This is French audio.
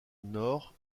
nord